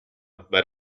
but